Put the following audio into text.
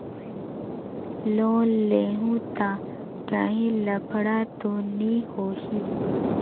Loan लेहूं ता काहीं लफड़ा तो नी होहि?